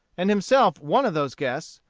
and himself one of those guests,